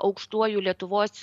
aukštuoju lietuvos